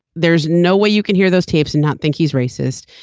there's no way you can hear those tapes and not think he's racist.